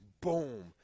boom